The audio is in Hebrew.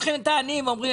הרי,